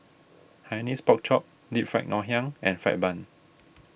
Hainanese Pork Chop Deep Fried Ngoh Hiang and Fried Bun